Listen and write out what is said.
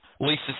Lisa